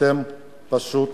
אתם פשוט